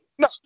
No